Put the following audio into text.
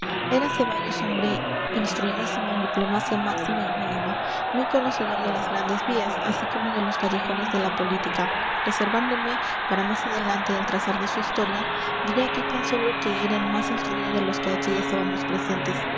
era ceballos hombre instruidísimo en diplomacia máxima y mínima muy conocedor de las grandes vías así como de los callejones de la política reservándome para más adelante el trazar su historia diré aquí tan sólo que era el más instruido de los que allí estábamos presentes